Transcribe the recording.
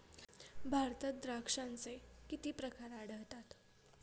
भारतात द्राक्षांचे किती प्रकार आढळतात?